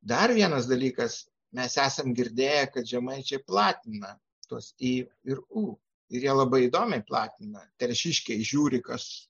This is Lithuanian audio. dar vienas dalykas mes esam girdėję kad žemaičiai platina tuos i ir u ir labai įdomiai platina telšiškiai žiūri kas